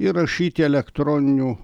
ir rašyti elektroniniu